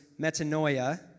metanoia